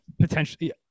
potentially